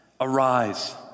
Arise